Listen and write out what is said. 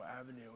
Avenue